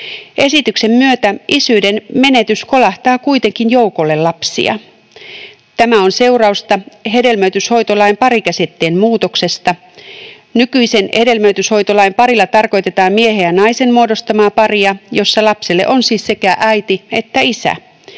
Esityksen myötä isyyden menetys kolahtaa kuitenkin joukolle lapsia. Tämä on seurausta hedelmöityshoitolain parikäsitteen muutoksesta. Nykyisen hedelmöityshoitolain parilla tarkoitetaan miehen ja naisen muodostamaa paria, jossa lapselle on siis sekä äiti että isä.